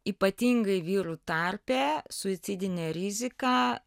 ypatingai vyrų tarpe suicidinė rizika